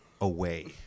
away